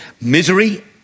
misery